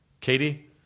Katie